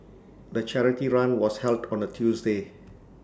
the charity run was held on A Tuesday